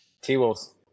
T-Wolves